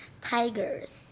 Tigers